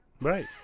Right